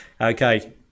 okay